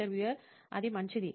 interviewer అది మంచిది